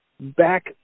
back